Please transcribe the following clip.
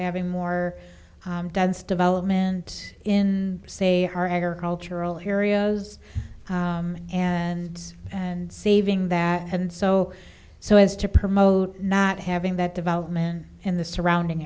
having more dense development in say our agricultural areas and and saving that and so so as to promote not having that development in the surrounding